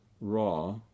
raw